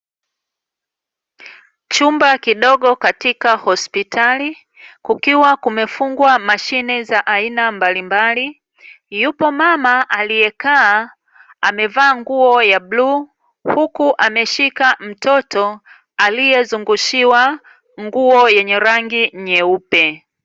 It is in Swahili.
Chumba kidogo katika hospitali kukiwa kumefungwa mashine za aina mbalimbali. Yupo mama aliyekaa amevaa nguo ya bluu huku ameshika mtoto aliyezungushiwa nguo yenye rangi nyeupe.